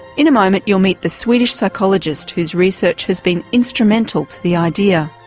in a moment you'll meet the swedish psychologist whose research has been instrumental to the idea.